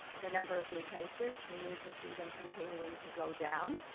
the number of new cases. we need to see them continuing to go down.